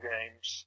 Games